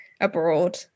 abroad